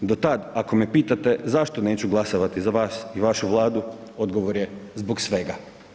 Do tad ako me pitate zašto neću glasovati za vas i vašu vladu, odgovor je zbog svega.